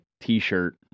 T-shirt